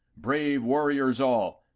brave warriors all,